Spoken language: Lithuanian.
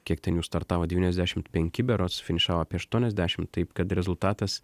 kiek ten jų startavo devyniasdešim penki berods finišavo apie aštuoniasdešim taip kad rezultatas